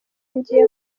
nagiye